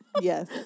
Yes